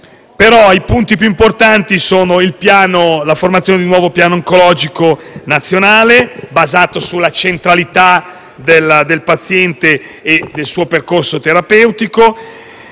ma i punti più importanti sono: la formazione di un nuovo piano oncologico nazionale, basato sulla centralità del paziente e del suo percorso terapeutico;